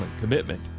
commitment